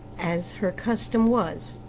as her custom was.